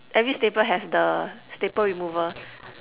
every stapler have the staple remover